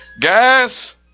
Guys